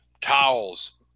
towels